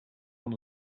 van